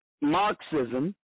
Marxism